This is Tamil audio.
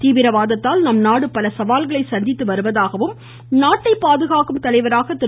தீவிரவாதத்தால் நம் நாடு பல சவால்களை சந்தித்து வருவதாகவும் நாட்டை பாதுகாக்கும் தலைவராக திரு